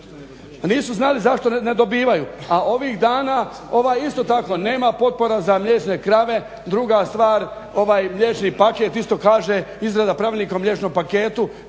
Nisu znali zašto ne dobivaju, a ovih dana isto tako nema potpora za mliječne krave. Druga stvar mliječni paket isto kaže izrada pravilnika o mliječnom paketu.